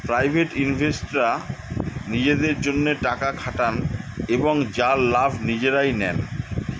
private ইনভেস্টররা নিজেদের জন্যে টাকা খাটান এবং যার লাভ তারা নিজেরাই নেন